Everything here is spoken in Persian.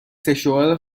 سشوار